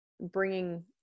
bringing